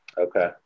Okay